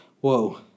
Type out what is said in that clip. Whoa